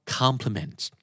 compliments